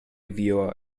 viewer